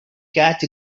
catch